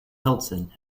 hilton